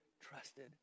trusted